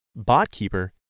BotKeeper